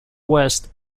west